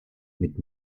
mit